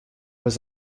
was